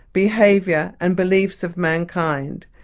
behaviour and beliefs of mankind.